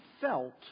felt